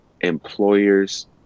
employers